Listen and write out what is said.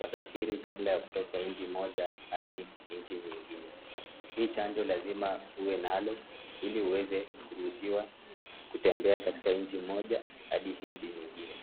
wasafiri kabla ya kutoka nchi moja hadi nchi nyingine. Hii chanjo lazima uwe nalo, ili uweze kuruhusiwa kutembea katika nchi moja hadi nchi nyingine.